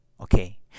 Okay